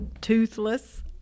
toothless